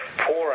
poor